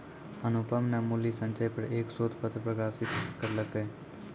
अनुपम न मूल्य संचय पर एक शोध पत्र प्रकाशित करलकय